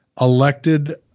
elected